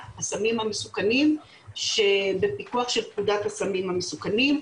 הסמים המסוכנים שבפיקוח של פקודת הסמים המסוכנים.